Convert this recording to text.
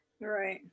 Right